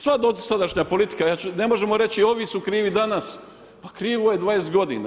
Sva dosadašnja politika , ne možemo reći ovi su krivi danas, a krivo je 20 godina.